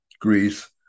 Greece